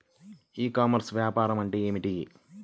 ఈ కామర్స్లో వ్యాపారం అంటే ఏమిటి?